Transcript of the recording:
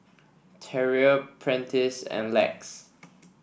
Terrill Prentice and Lex